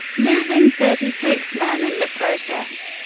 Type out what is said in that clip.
losing thirty six men in the process.